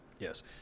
Yes